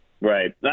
Right